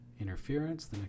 interference